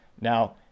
Now